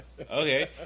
okay